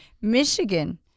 Michigan